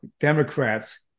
Democrats